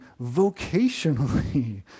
vocationally